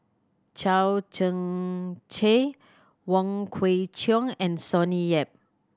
Chao Tzee Cheng Wong Kwei Cheong and Sonny Yap